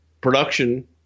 production